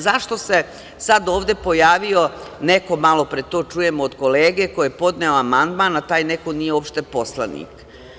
Zašto se sad ovde pojavio neko malopre, to čujem od kolege koji je podnela amandman a taj neko nije uopšte poslanik?